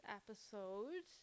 episode